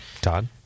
Todd